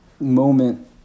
moment